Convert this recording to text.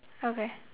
okay